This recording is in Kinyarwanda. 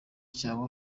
cyabo